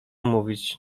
mówić